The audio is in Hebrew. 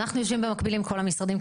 ואנחנו יושבים במקביל עם כל המשרדים,